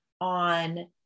on